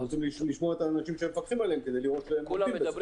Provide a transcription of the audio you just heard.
אנחנו צריכים לשמוע את האנשים כדי לראות מה המתווה,